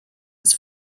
its